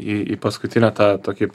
į į paskutinę tą tokį